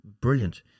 brilliant